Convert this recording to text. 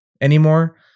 anymore